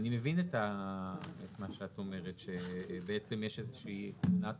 אני מבין את מה שאת אומרת שבעצם יש איזושהי תמונת